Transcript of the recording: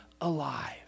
alive